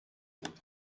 autres